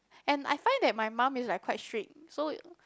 and I find that my mum is like quite strict so